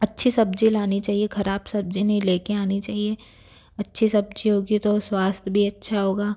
अच्छी सब्ज़ी लानी चाहिए ख़राब सब्ज़ी नहीं लेकर आनी चाहिए अच्छी सब्ज़ी होगी तो स्वास्थय भी अच्छा होगा